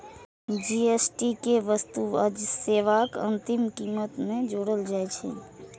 GST कें वस्तु आ सेवाक अंतिम कीमत मे जोड़ल जाइ छै